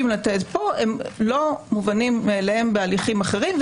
לתת פה הם לא מובנים מאליהם בהליכים אחרים,